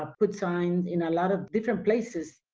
ah put signs in a lot of different places.